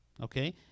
Okay